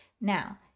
Now